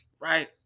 right